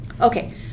Okay